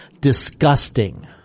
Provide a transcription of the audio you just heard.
disgusting